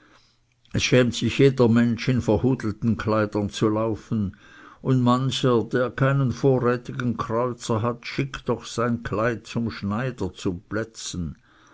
es schämt sich jeder mensch in verhudelten kleidern zu laufen und mancher der keinen vorrätigen kreuzer hat schickt doch sein kleid zum schneider zum plätzen